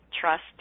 trust